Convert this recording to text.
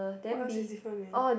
what else is different man